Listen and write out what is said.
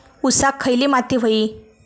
ऊसाक खयली माती व्हयी?